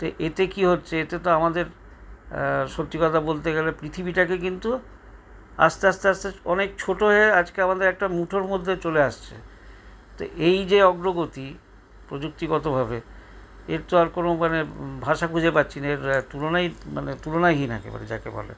তো এতে কি হচ্ছে এতে তো আমাদের সত্যি কথা বলতে গেলে পৃথিবীটাকে কিন্তু আসতে আসতে আসতে অনেক ছোট হয়ে আজকে আমাদের একটা মুঠোর মধ্যে চলে আসছে তো এই যে অগ্রগতি প্রযুক্তিগতভাবে এর তো আর কোনো মানে ভাষা খুঁজে পাচ্ছি না এর তুলনাই মানে তুলনাহীন একেবারে যাকে বলে